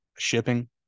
shipping